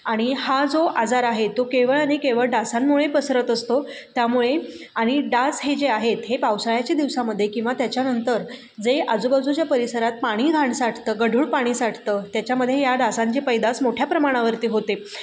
आणि हा जो आजार आहे तो केवळ आणि केवळ डासांमुळे पसरत असतो त्यामुळे आणि डास हे जे आहेत हे पावसाळ्याच्या दिवसांमध्ये किंवा त्याच्यानंतर जे आजूबाजूच्या परिसरात पाणी घाण साठतं गढूळ पाणी साठतं त्याच्यामध्ये या डासांची पैदास मोठ्या प्रमाणावरती होते